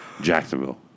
Jacksonville